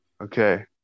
okay